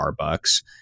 Starbucks